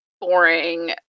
boring